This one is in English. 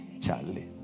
Charlie